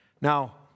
Now